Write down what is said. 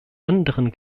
anderen